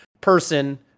person